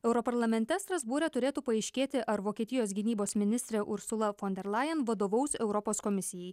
europarlamente strasbūre turėtų paaiškėti ar vokietijos gynybos ministrė usula fon der lajen vadovaus europos komisijai